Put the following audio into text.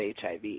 HIV